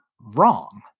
wrong